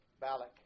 Balak